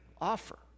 offer